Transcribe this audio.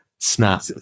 Snap